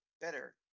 better